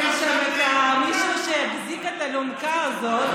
אין שם מישהו שיחזיק את האלונקה הזאת,